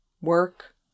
work